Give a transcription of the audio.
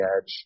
edge